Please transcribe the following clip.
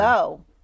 go